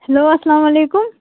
hello اَسلام علیکُم